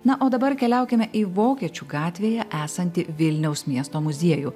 na o dabar keliaukime į vokiečių gatvėje esantį vilniaus miesto muziejų